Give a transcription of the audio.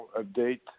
update